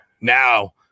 now